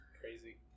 crazy